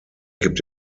gibt